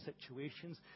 situations